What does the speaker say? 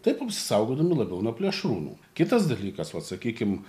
taip apsisaugodami labiau nuo plėšrūnų kitas dalykas vat sakykim